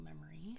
memory